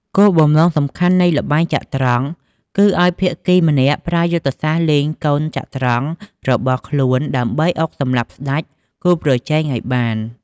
គោលបំណងសំខាន់នៃល្បែងចត្រង្គ គឺឲ្យភាគីម្នាក់ប្រើយុទ្ធសាស្ត្រលេងកូនចត្រង្គរបស់ខ្លួន ដើម្បីអុកសម្លាប់ស្ដេចគូប្រជែងឲ្យបាន។